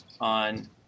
on